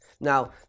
Now